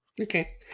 Okay